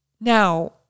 now